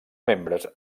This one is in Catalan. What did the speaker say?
membres